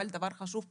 דבר חשוב פה,